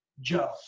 Joe